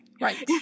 right